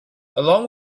along